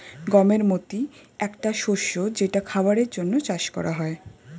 গমের মতি একটা শস্য যেটা খাবারের জন্যে চাষ করা হয়